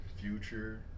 Future